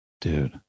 dude